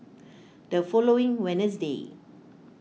the following Wednesday